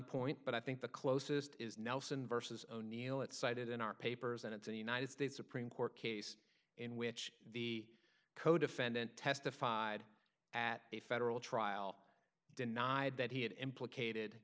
point but i think the closest is nelson versus o'neill it's cited in our papers and it's a united states supreme court case in which the codefendant testified at a federal trial denied that he had implicated